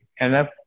enough